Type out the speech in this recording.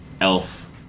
else